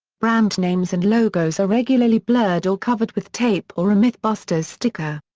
brand names and logos are regularly blurred or covered with tape or a mythbusters sticker.